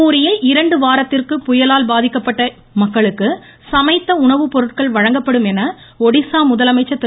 பூரியில் இரண்டு வாரத்திற்கு புயலால் பாதிக்கப்பட்ட மக்களுக்கு சமைத்த உணவு பொருட்கள் வழங்கப்படும் என்று ஒடிஸா முதலமைச்சர் திரு